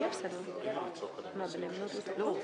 לצורך העניין,